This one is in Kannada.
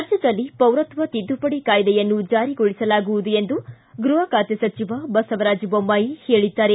ರಾಜ್ಞದಲ್ಲಿ ಪೌರತ್ವ ತಿದ್ದುಪಡಿ ಕಾಯ್ದೆಯನ್ನು ಜಾರಿಗೊಳಿಸಲಾಗುವುದು ಎಂದು ಗೃಪ ಖಾತೆ ಸಚಿವ ಬಸವರಾಜ್ ಬೊಮ್ಬಾಯಿ ಹೇಳಿದ್ದಾರೆ